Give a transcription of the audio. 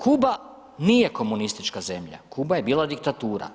Kuba nije komunistička zemlja, Kuba je bila diktatura.